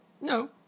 No